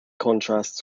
contrasts